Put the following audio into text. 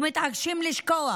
ומתעקשים לשכוח